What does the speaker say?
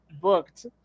booked